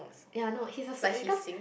ya I know he was is because